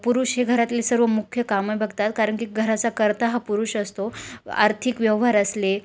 पुरुष हे घरातले सर्व मुख्य कामं बघतात कारण की घराचा कर्ता हा पुरुष असतो आर्थिक व्यवहार असले